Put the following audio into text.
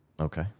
Okay